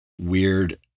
weird